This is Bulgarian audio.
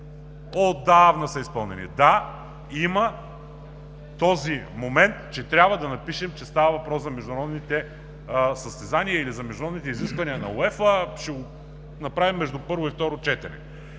Отдавна са изпълнени. Да, има този момент – трябва да напишем, че става въпрос за международните състезания или за международните изисквания на УЕФА, ще го направим между първо и второ четене.